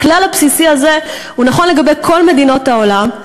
הכלל הבסיסי הזה הוא נכון לגבי כל מדינות העולם,